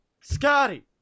Scotty